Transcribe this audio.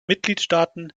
mitgliedstaaten